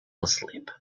asleep